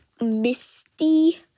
Misty